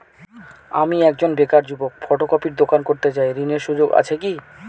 আমি একজন বেকার যুবক ফটোকপির দোকান করতে চাই ঋণের সুযোগ আছে কি?